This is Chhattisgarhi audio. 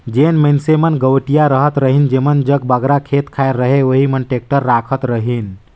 जेन मइनसे मन गवटिया रहत रहिन जेमन जग बगरा खेत खाएर रहें ओही मन टेक्टर राखत रहिन